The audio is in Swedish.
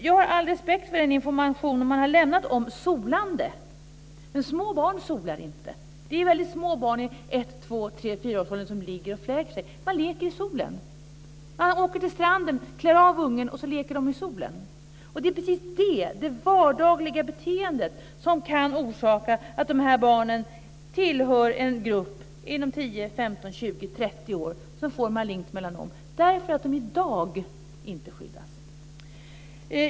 Jag har all respekt för den information man har lämnat om solande. Men små barn solar inte. Det är väldigt få barn i ett-, två-, tre-, fyraårsåldern som ligger och fläker sig. Barn leker i solen. Man åker till stranden, klär av ungarna och så leker de i solen. Det är precis det här - det vardagliga beteendet - som kan orsaka att barnen tillhör en grupp som inom 10, 15, 20, 30 år får malignt melanom. Det får de därför att de i dag inte skyddas.